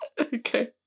Okay